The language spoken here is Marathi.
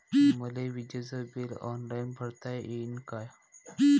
मले विजेच बिल ऑनलाईन भरता येईन का?